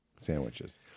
sandwiches